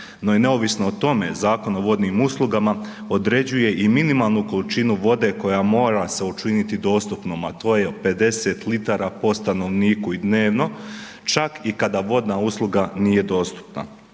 No i neovisno o tome Zakon o vodnim uslugama određuje i minimalnu količinu vode koja mora se učiniti dostupnom, a to je 50 litara po stanovniku i dnevno čak i kada vodna usluga nije dostupna.